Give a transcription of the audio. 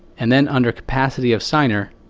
and then under capacity of signer,